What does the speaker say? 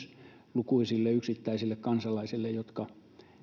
lukuisille yksittäisille kansalaisille jotka